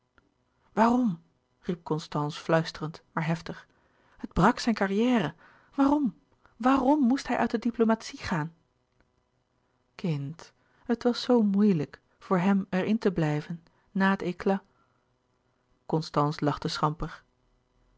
riep constance fluisterend maar heftig het brak zijn carrière waarom waarom moest hij uit de diplomatie gaan kind het was zoo moeilijk voor hem er in te blijven na het éclat constance lachte schamper